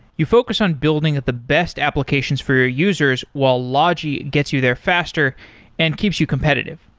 you focus on building at the best applications for your users while logi gets you there faster and keeps you competitive.